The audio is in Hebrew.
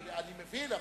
אני מבין,